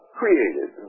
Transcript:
created